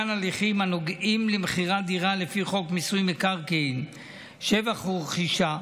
לעניין הליכים הנוגעים למכירת דירה לפי חוק מיסוי מקרקעין (שבח ורכישה),